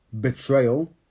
betrayal